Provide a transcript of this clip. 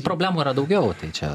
problemų yra daugiau tai čia